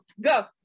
go